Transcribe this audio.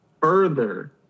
further